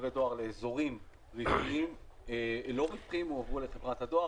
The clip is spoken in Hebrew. דברי דואר לאזורים לא רווחיים הועברו לחברת הדואר,